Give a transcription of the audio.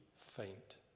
faint